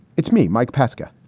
it's me, mike pesca,